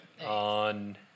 On